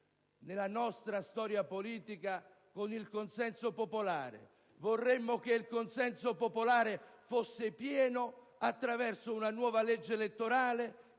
nella nostra storia politica, con il consenso popolare. Vorremmo che il consenso popolare fosse pieno attraverso una nuova legge elettorale